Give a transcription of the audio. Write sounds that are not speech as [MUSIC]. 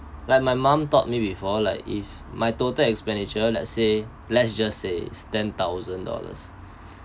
like my mum taught me before if my total expenditure let's say let's just say is ten thousand dollars [BREATH]